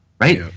right